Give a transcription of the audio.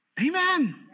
amen